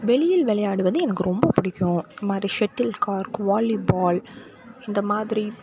வெளியில் விளையாடுவது எனக்கு ரொம்ப பிடிக்கும் செட்டில் கார்க் வாலிபால் இந்த மாதிரி